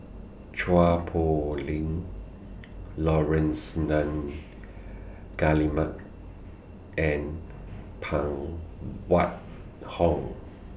Chua Poh Leng Laurence Nunns Guillemard and Phan Wait Hong